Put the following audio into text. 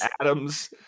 Adams